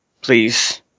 please